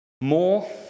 more